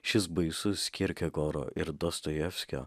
šis baisus skirkegoro ir dostojevskio